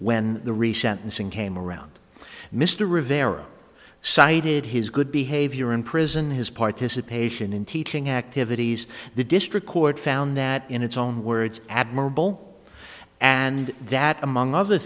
unsing came around mr rivera cited his good behavior in prison his participation in teaching activities the district court found that in its own words admirable and that among other